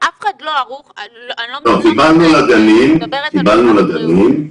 קבלנו לגנים.